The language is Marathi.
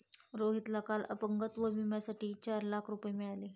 रोहितला काल अपंगत्व विम्यासाठी चार लाख रुपये मिळाले